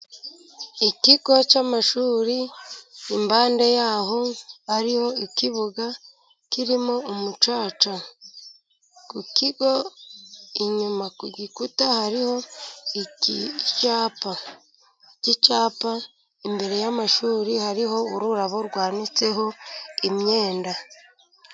Ikigo cy'amashuri impande yaho hariho ikibuga kirimo umucaca. Ku kigo inyuma ku gikuta, hariho icyapa. Iki cyapa imbere y'amashuri hariho ururabo rwanitseho imyenda.